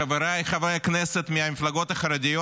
חבריי חברי הכנסת מהמפלגות החרדיות,